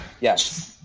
Yes